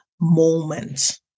moment